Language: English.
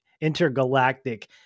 intergalactic